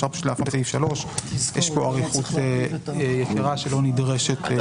אפשר להפנות לסעיף 3. יש פה אריכות יתרה שלא נדרשת ניסוחית.